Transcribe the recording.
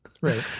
Right